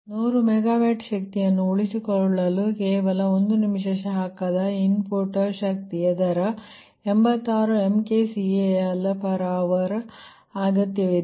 100 megawatt ಶಕ್ತಿಯನ್ನು ಉಳಿಸಿಕೊಳ್ಳಲು ಕೇವಲ 1 ನಿಮಿಷದ ಶಾಖ ಇನ್ಪುಟ್ ಶಕ್ತಿಯ ದರ 86 MkCal hr ಅಗತ್ಯವಿದೆ